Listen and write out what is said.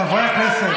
חברי הכנסת.